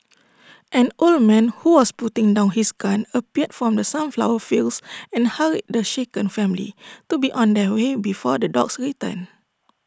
an old man who was putting down his gun appeared from the sunflower fields and hurried the shaken family to be on their way before the dogs return